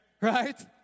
right